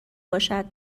باشد